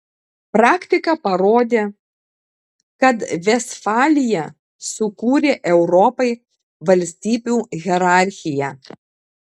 praktika parodė kad vestfalija sukūrė europai valstybių hierarchiją